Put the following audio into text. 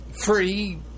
free